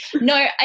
No